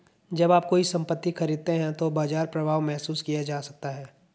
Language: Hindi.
जब आप कोई संपत्ति खरीदते हैं तो बाजार प्रभाव महसूस किया जा सकता है